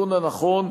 בכיוון הנכון,